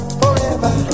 forever